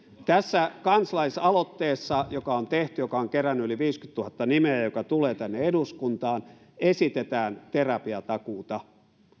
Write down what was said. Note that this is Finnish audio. tässä kansalaisaloitteessa joka on tehty ja joka on kerännyt yli viisikymmentätuhatta nimeä ja joka tulee tänne eduskuntaan esitetään terapiatakuuta